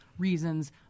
reasons